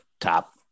top